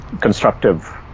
constructive